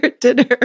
Dinner